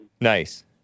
Nice